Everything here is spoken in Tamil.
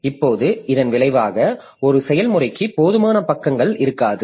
இப்போது இதன் விளைவாக ஒரு செயல்முறைக்கு போதுமான பக்கங்கள் இருக்காது